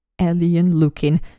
alien-looking